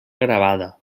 gravada